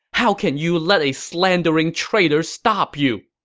how can you let a slandering traitor stop you!